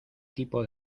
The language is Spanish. tipo